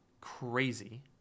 crazy